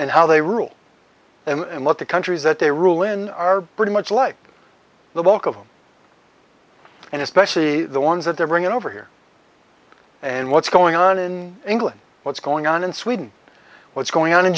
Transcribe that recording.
and how they rule and what the countries that they rule in are pretty much like the bulk of them and especially the ones that they're bringing over here and what's going on in england what's going on in sweden what's going on in